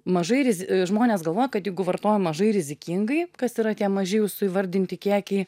mažai riz žmonės galvoja kad jeigu vartoja mažai rizikingai kas yra tie maži jūsų įvardinti kiekiai